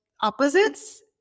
opposites